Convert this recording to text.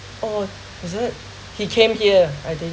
oh is it he came here I think